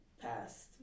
past